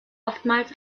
oftmals